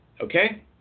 Okay